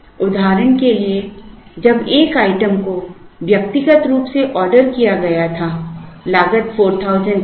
उदाहरण के लिए जब एक आइटम को व्यक्तिगत रूप से ऑर्डर किया गया था लागत 4000 थी